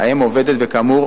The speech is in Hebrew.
האם עובדת, וכאמור